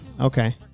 okay